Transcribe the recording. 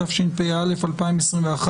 התשפ"א-2021,